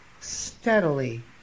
steadily